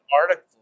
article